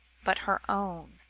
but her own.